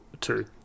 two